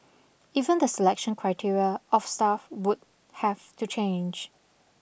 even the selection criteria of staff would have to change